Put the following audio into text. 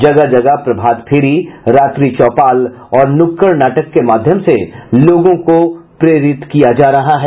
जगह जगह प्रभातफेरी रात्रि चौपाल और नुक्कड़ नाटक के माध्यम से लोगों को प्रेरित किया जा रहा है